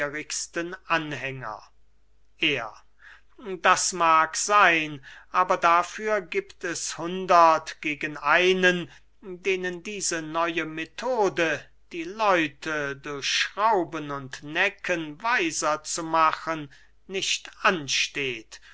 er das mag seyn aber dafür giebt es hundert gegen einen denen diese neue methode die leute durch schrauben und necken weiser zu machen nicht ansteht